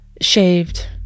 shaved